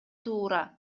туура